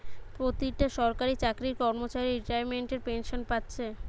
পোতিটা সরকারি চাকরির কর্মচারী রিতাইমেন্টের পেনশেন পাচ্ছে